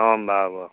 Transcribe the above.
অঁ বাৰু হ'ব